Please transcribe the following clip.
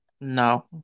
No